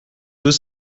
deux